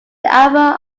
alpha